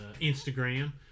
Instagram